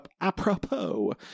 apropos